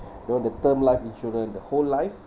you know the term life insurance the whole life